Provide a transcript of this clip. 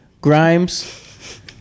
grimes